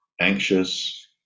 anxious